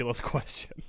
question